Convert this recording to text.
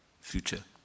future